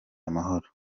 amahoro